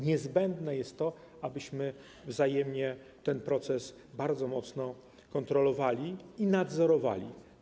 Niezbędne jest to, abyśmy wzajemnie ten proces bardzo mocno kontrolowali i nadzorowali.